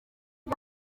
ejo